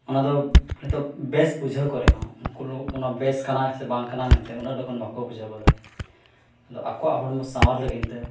ᱚᱟᱱᱟᱫᱚ ᱱᱤᱛᱳᱜ ᱵᱮᱥ ᱵᱩᱡᱷᱟᱹᱣ ᱠᱚ ᱨᱮᱦᱚᱸ ᱩᱱᱠᱩ ᱚᱱᱟ ᱵᱮᱥ ᱠᱟᱱᱟ ᱥᱮ ᱵᱟᱝ ᱠᱟᱱᱟ ᱢᱮᱱᱛᱮ ᱩᱱᱟᱹᱜ ᱞᱚᱜᱚᱱ ᱵᱟᱠᱚ ᱵᱩᱡᱷᱟᱹᱣ ᱜᱚᱫᱟ ᱟᱫᱚ ᱟᱠᱚᱣᱟᱜ ᱦᱚᱲᱢᱚ ᱥᱟᱶᱟᱨ ᱞᱟᱹᱜᱤᱫ ᱛᱮ